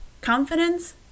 confidence